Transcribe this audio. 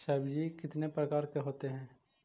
सब्जी कितने प्रकार के होते है?